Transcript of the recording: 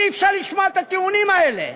אי-אפשר לשמוע את הטיעונים האלה.